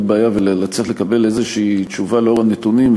בעיה ולקבל תשובה כלשהי לאור הנתונים,